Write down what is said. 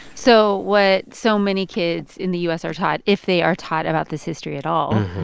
so what so many kids in the u s. are taught, if they are taught about this history at all,